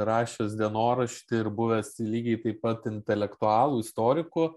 rašęs dienoraštį ir buvęs lygiai taip pat intelektualu istoriku